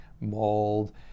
mold